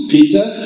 Peter